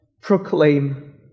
proclaim